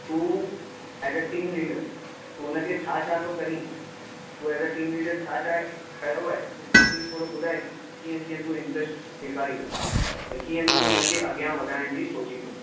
तूं as a team leader तूं हुन खे छा छा थो करीं तूं ऐज़ अ टीम लीडर छा छा कयो आहे तूं प्लीस थोरो ॿुधाए की कीअं कीअं तूं इंटरस्ट ॾेखारीं थो बई कीअं तूं हुन खे अॻियां वधाइण जी सोचीं थो